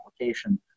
application